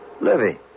Livy